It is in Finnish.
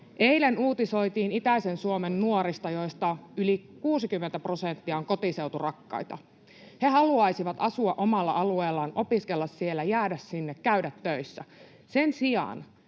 Eilen uutisoitiin itäisen Suomen nuorista, joista yli 60 prosenttia on kotiseuturakkaita. He haluaisivat asua omalla alueellaan, opiskella siellä, jäädä sinne, käydä töissä. Sen sijaan,